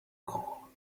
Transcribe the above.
cool